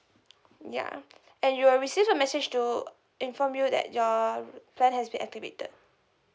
ya and you will receive a message to inform you that your plan has been activated